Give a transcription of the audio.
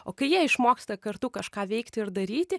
o kai jie išmoksta kartu kažką veikti ir daryti